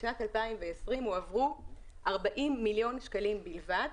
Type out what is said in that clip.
ובשנת 2020 הועברו 40 מיליון שקלים בלבד.